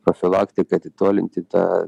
profilaktika atitolinti tą